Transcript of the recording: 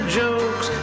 jokes